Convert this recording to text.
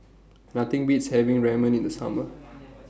Nothing Beats having Ramen in The Summer